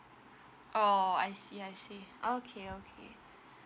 oh I see I see okay okay